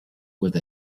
with